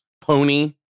pony